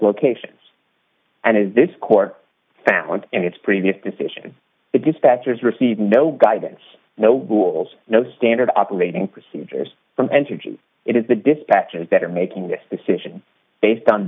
locations and is this court found and its previous decision that dispatchers receive no guidance no rules no standard operating procedures from entergy it is the dispatchers that are making this decision based on